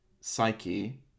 psyche